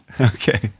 Okay